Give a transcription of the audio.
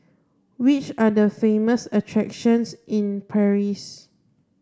which are the famous attractions in Paris